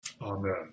Amen